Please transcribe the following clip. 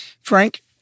Frank